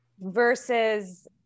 versus